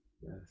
Yes